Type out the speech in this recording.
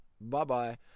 bye-bye